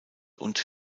und